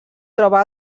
troba